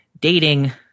dating